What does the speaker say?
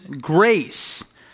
grace